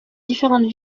différentes